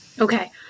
Okay